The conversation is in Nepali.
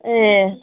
ए